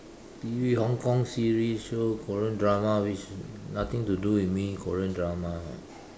T_V Hong-Kong T_V show Korean drama which nothing to do with me Korean drama